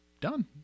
Done